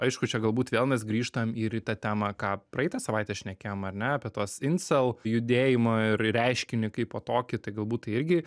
aišku čia gal būt vėl mes grįžtam ir į tą temą ką praeitą savaitę šnekėjom ar ne apie tuos insel judėjimą ir reiškinį kaipo tokį tai galbūt tai irgi